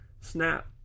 Snap